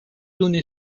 donné